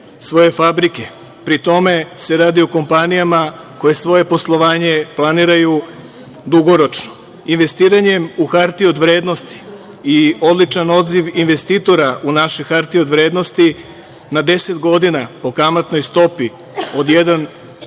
svoje fabrike. Pri tome se radi o kompanijama koje svoje poslovanje planiraju dugoročno. Investiranjem u hartije od vrednosti i odličan odziv investitora u naše hartije od vrednosti na 10 godina po kamatnoj stopi od 1,25%